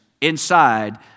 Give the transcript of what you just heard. inside